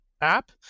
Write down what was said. app